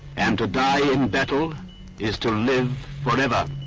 and to die in battle is to live forever